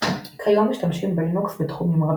כיום משתמשים בלינוקס בתחומים רבים,